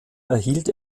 erhielt